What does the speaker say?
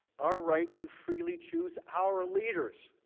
our right to freely choose our leaders.